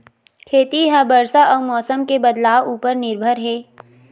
खेती हा बरसा अउ मौसम के बदलाव उपर निर्भर हे